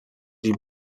die